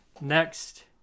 Next